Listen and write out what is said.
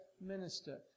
minister